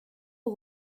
aux